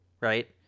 right